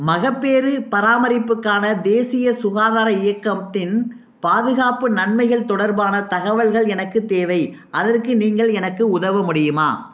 மகப்பேறு பராமரிப்புக்கான தேசிய சுகாதார இயக்கத்தின் பாதுகாப்பு நன்மைகள் தொடர்பான தகவல்கள் எனக்கு தேவை அதற்கு நீங்கள் எனக்கு உதவ முடியுமா